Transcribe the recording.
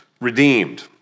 redeemed